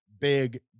big